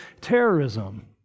terrorism